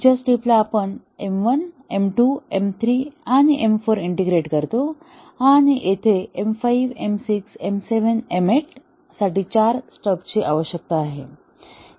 पुढच्या स्टेप ला आपण M1 M2 M3 आणि M4 इंटिग्रेट करतो आणि येथे M5 M6 M7 आणि M8 साठी चार स्टब्सची आवश्यकता आहे